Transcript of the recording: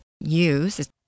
use